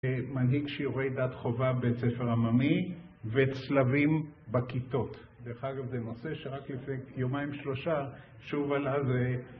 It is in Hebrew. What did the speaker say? מנהיג שיעורי דת חובה בבית ספר עממי וצלבים בכיתות. דרך אגב זה נושא שרק לפני יומיים שלושה שוב עליו זה